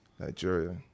Nigeria